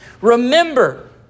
Remember